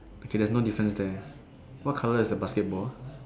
because there's no difference there what colour is the basketball